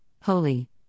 holy